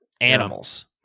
animals